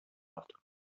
after